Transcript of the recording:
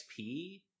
XP